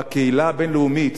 בקהילה הבין-לאומית